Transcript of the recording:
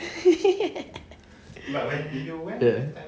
ya